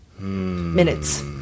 minutes